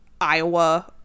iowa